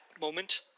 moment